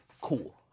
cool